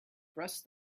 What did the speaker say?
pressed